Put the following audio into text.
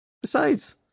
Besides